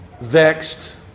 vexed